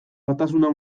batasuna